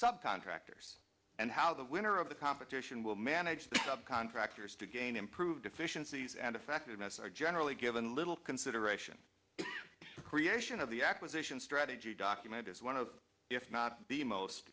subcontractors and how the winner of the competition will manage the subcontractors to gain improved efficiencies and effectiveness are generally given little consideration if the creation of the acquisition strategy document is one of if not the most